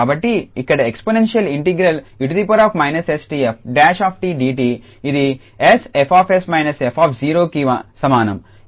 కాబట్టి ఇక్కడ ఎక్సప్రెషన్ఇంటిగ్రల్ 𝑒−𝑠𝑡𝑓′𝑡𝑑𝑡 ఇది 𝑠𝐹𝑠−𝑓 కి సమానం